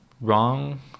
wrong